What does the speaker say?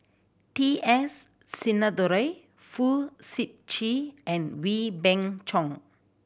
T S Sinnathuray Fong Sip Chee and Wee Beng Chong